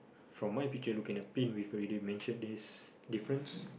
from my picture looking at pins we already mention this difference